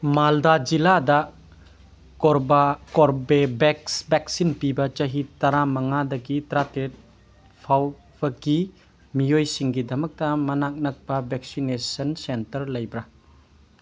ꯃꯜꯗꯥ ꯖꯤꯜꯂꯥꯗ Corbevax vaccine ꯄꯤꯕ ꯆꯍꯤ ꯇꯔꯥꯃꯉꯥꯗꯒꯤ ꯇꯔꯥꯇꯔꯦꯠ ꯐꯥꯎꯕꯒꯤ ꯃꯤꯑꯣꯏꯁꯤꯡꯒꯤꯗꯃꯛꯇ ꯃꯅꯥꯛ ꯅꯛꯄ ꯚꯦꯛꯁꯤꯅꯦꯁꯟ ꯁꯦꯟꯇꯔ ꯂꯩꯕ꯭ꯔꯥ